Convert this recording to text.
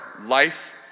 life